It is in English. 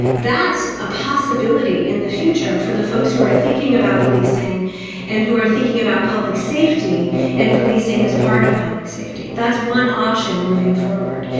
that's a possibility in the future for the folks who are thinking about policing and who are thinking about public safety and policing as part of public safety. that's one option moving forward.